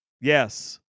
Yes